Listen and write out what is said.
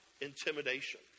intimidation